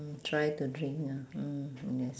mm try to drink ah mm yes